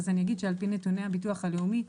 אז אגיד שעל פי נתוני הביטוח הלאומי,